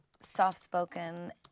soft-spoken